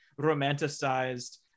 romanticized